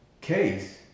case